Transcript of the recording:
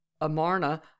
Amarna